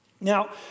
Now